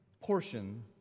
portion